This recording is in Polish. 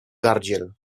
gardziel